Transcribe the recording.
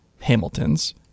Hamilton's